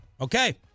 Okay